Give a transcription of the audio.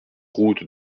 route